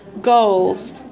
goals